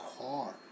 car